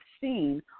seen